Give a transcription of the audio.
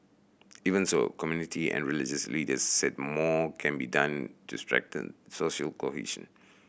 even so community and religious leaders said more can be done to strengthen social cohesion